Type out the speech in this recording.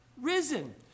risen